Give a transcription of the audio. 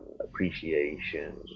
appreciation